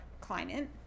climate